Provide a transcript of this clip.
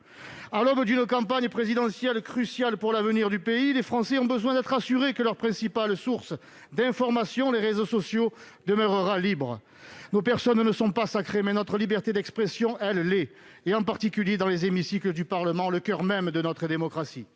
À l'aube d'une campagne présidentielle cruciale pour l'avenir du pays, les Français ont besoin d'être assurés que leur principale source d'information, les réseaux sociaux, demeurera libre. Nos personnes ne sont pas sacrées, mais notre liberté d'expression, elle, l'est, en particulier dans les hémicycles du Parlement, le coeur même de notre démocratie.